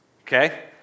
Okay